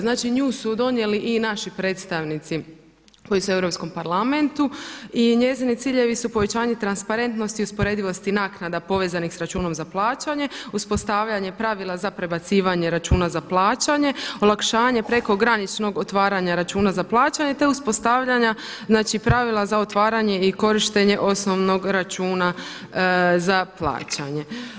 Znači nju su donijeli i naši predstavnici koji su u Europskom parlamentu i njezini ciljevi su povećanje transparentnosti i usporedivosti naknada povezanih sa računom za plaćanje, uspostavljanje pravila za prebacivanje računa za plaćanje, olakšavanje prekograničnog otvaranja računa za plaćanje, te uspostavljanja znači pravila za otvaranje i korištenje osnovnog računa za plaćanje.